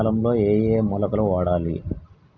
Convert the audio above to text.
ఏయే కాలంలో ఏయే మొలకలు వాడాలి?